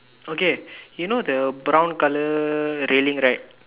okay you know the brown color railing right